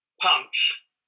punch